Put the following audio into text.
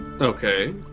Okay